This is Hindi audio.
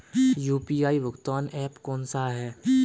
यू.पी.आई भुगतान ऐप कौन सा है?